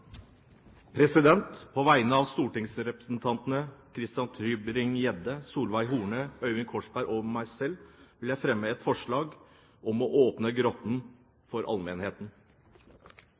På vegne av stortingsrepresentantene Christian Tybring-Gjedde, Solveig Horne, Øyvind Korsberg og meg selv vil jeg fremme et forslag om å åpne Grotten for allmennheten.